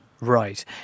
Right